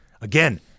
Again